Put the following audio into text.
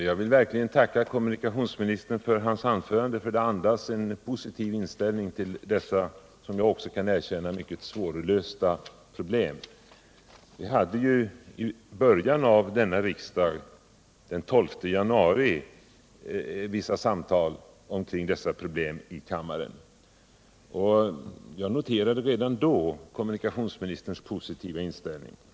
Herr talman! Jag vill tacka kommunikationsministern för hans anförande — det andades en positiv inställning till dessa, som jag också kan erkänna, mycket svårlösta problem. Vi hade i början av denna riksdag, den 12 januari, vissa samtal i kammaren omkring dessa problem. Jag noterade redan då kommunikationsministerns positiva inställning.